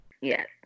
Yes